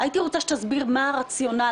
או מסיעה